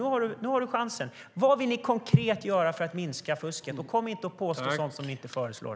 Nu har du chansen. Vad vill ni konkret göra för att minska fusket? Och kom inte och påstå sådant som ni inte föreslår.